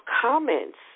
comments